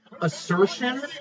assertion